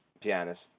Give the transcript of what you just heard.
pianist